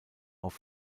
auf